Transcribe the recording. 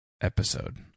episode